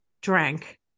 drank